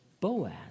Boaz